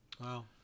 Wow